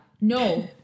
No